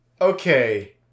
okay